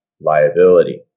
liability